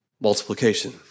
Multiplication